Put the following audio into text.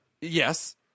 Yes